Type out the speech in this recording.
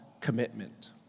commitment